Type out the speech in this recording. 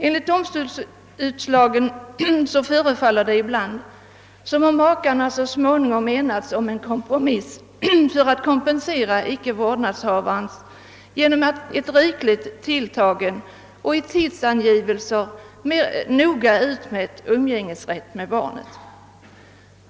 Enligt domstolsutslagen förefaller det ibland som om makarna så småningom enats om en kompromiss för att kompensera icke-vårdnadshavaren genom en rikligt tilltagen och i tidsangivelser noga utmätt umgängesrätt med barnet.